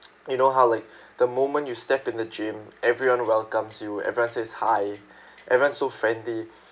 you know how like the moment you step in the gym everyone welcomes you everyone says hi everyone so friendly